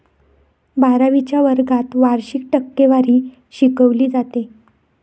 बारावीच्या वर्गात वार्षिक टक्केवारी शिकवली जाते